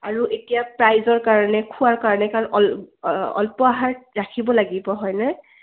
আৰু এতিয়া প্ৰাইজৰ কাৰণে খোৱাৰ কাৰণে কাৰণ অল্প অহাৰ ৰাখিব লাগিব হয়নে